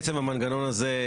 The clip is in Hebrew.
עצם המנגנון הזה,